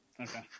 Okay